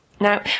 Now